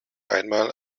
einmal